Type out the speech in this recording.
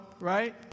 right